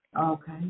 Okay